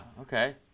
Okay